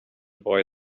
boy